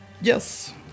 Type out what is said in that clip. Yes